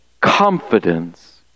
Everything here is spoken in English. confidence